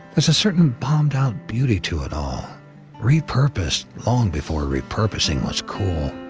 is a certain bombed out beauty to it all repurposed long before repurposing was cool.